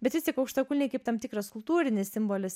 bet vis tik aukštakulniai kaip tam tikras kultūrinis simbolis